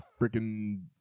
freaking